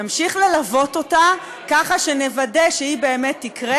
נמשיך ללוות אותה ככה שנוודא שהיא באמת תקרה.